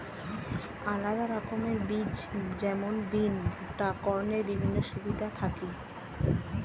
আলাদা রকমের বীজ যেমন বিন, ভুট্টা, কর্নের বিভিন্ন সুবিধা থাকি